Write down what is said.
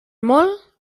molt